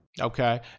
Okay